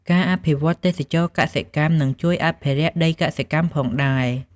ការអភិវឌ្ឍទេសចរណ៍កសិកម្មក៏ជួយអភិរក្សដីកសិកម្មផងដែរ។